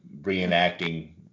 reenacting